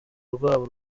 rwabo